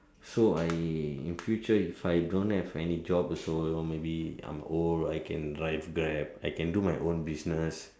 so I in future if I don't have any job so maybe I'm old I can drive Grab I can do my own business